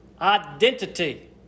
identity